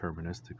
deterministically